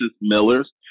Miller's